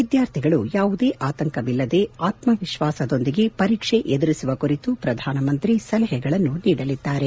ವಿದ್ಯಾರ್ಥಿಗಳು ಯಾವುದೇ ಆತಂಕವಿಲ್ಲದೆ ಆತ್ಮಿಶ್ವಾಸದೊಂದಿಗೆ ಪರೀಕ್ಷೆ ಎದುರಿಸುವ ಕುರಿತು ಪ್ರಧಾನಮಂತ್ರಿ ಸಲಹೆಗಳನ್ನು ನೀಡಲಿದ್ದಾರೆ